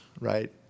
Right